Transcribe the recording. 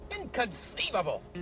Inconceivable